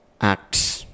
acts